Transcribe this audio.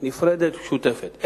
נפרדת, משותפת.